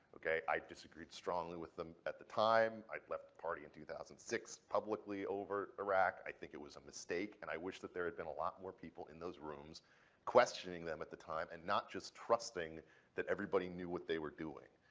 ok? i disagreed strongly with them at the time. i left the party in two thousand and six publicly over iraq. i think it was a mistake, and i wish that there had been a lot more people in those rooms questioning them at the time and not just trusting that everybody knew what they were doing.